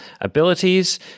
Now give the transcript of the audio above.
abilities